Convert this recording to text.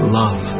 love